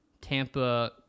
Tampa